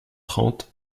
trente